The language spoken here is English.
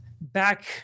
back